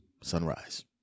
sunrise